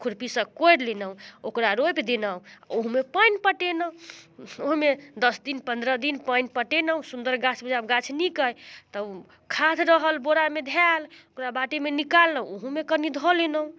खुरपीसँ कोड़ि लेलहुँ ओकरा रोपि देलहुँ ओहूमे पानि पटेलहुँ ओहिमे दस दिन पनरह दिन पानि पटेलहुँ सुन्दर गाछ बुझै आब गाछ नीक अइ तऽ ओ खाद रहल बोरामे धएल ओकरा बाटीमे निकाललहुँ ओहूमे कनि धऽ लेलहुँ